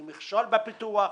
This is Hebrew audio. היא מהווה מכשול בפיתוח,